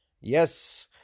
yes